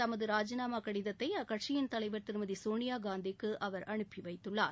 தனது ராஜினாமா கடிதத்தை அவர் அக்கட்சி தலைவர் திருமதி சோனியா காந்திக்கு அனுப்பி வைத்துள்ளார்